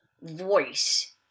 voice